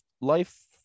life